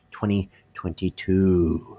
2022